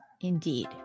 indeed